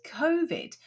COVID